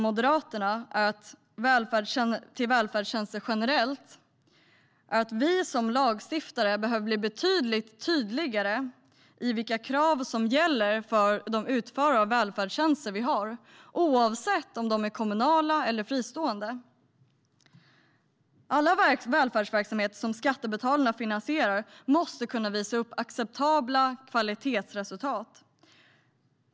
Moderaternas inställning till välfärdstjänster generellt är att vi som lagstiftare behöver bli betydligt tydligare i fråga om vilka krav som gäller för de utförare av välfärdstjänster vi har, oavsett om de är kommunala eller fristående. Alla välfärdsverksamheter som skattebetalarna finansierar måste kunna visa upp acceptabla kvalitetsresultat.